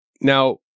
now